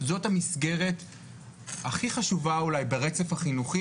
זאת המסגרת הכי חשובה ברצף החינוכי,